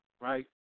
right